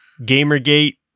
Gamergate